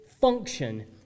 function